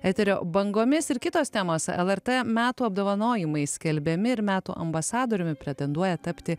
eterio bangomis ir kitos temos lrt metų apdovanojimai skelbiami ir metų ambasadoriumi pretenduoja tapti